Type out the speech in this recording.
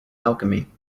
alchemy